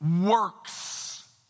works